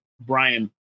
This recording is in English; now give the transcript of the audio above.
Brian